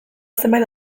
zenbait